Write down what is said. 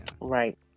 Right